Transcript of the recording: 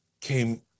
came